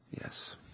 Yes